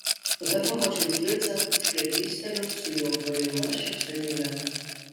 tada pamačiau fricą už prekystalio su jo kvaila šypsenėle